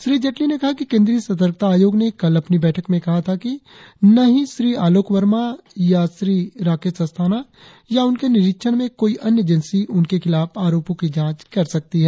श्री जेटली ने कहा कि केन्द्रीय सतर्कता आयोग ने कल अपनी बैठक में कहा था कि न ही श्री अलोक वर्मा या श्री राकेश अस्थाना या उनके निरीक्षणा में कोई अन्य एजेंसी उनके रिवलाफ आरोपों की जांच कर सकती है